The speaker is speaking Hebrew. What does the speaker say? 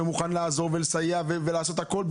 מוכן לעזור ולסייע ולעשות הכול,